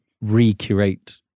re-curate